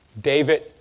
David